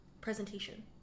presentation